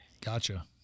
Gotcha